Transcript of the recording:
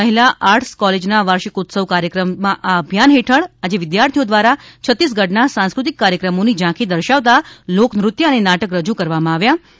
મહિલા આર્ટસ કોલેજના વાર્ષિકોત્સવ કાર્યક્રમમાં આ અભિયાન હેઠળ આજે વિદ્યાર્થીઓ ધ્વારા છત્તીસગઢના સાંસ્કૃતિક કાર્યક્રમોની ઝાંખી દર્શાવતા લોક નૃત્ય અને નાટક રજૂ કરવામાં આવ્યા હતાં